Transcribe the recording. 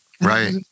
Right